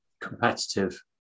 competitive